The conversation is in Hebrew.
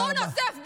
הוא נוזף בנו?